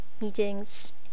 meetings